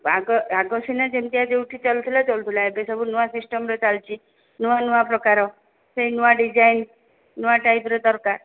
ଆଗ ଆଗ ସିନା ଯେମିତିଆ ଯୋଉଠି ଚାଲୁଥିଲା ଚାଲୁଥିଲା ଏବେ ସବୁ ନୂଆ ସିଷ୍ଟମ୍ରେ ଚାଲିଛି ନୂଆ ନୂଆ ପ୍ରକାର ସେଇ ନୂଆ ଡିଜାଇନ୍ ନୂଆ ଟାଇପ୍ର ଦରକାର